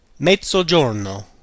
Mezzogiorno